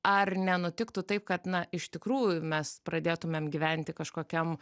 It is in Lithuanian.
ar nenutiktų taip kad na iš tikrųjų mes pradėtumėm gyventi kažkokiam